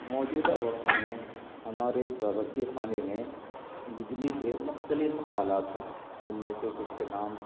موجود وقت میں ہمارے باورچی خانے میں بجلی کے مختلف آلات ہیں ان میں سے کچھ کے نام